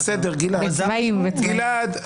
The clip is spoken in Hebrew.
גלעד,